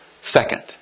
second